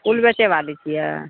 फूल बेचैबाली छियै